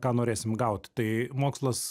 ką norėsim gaut tai mokslas